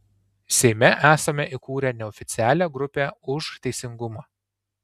seime esame įkūrę neoficialią grupę už teisingumą